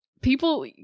people